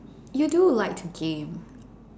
you do like to game